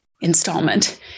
installment